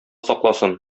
сакласын